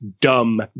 dumb